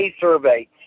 survey